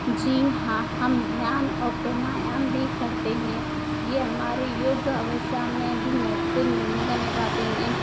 जी हाँ हम ध्यान और प्रणायाम भी करते हैं ये हमारे योग अवसा में भी महत्वपूर्ण भूमिका निभाते हैं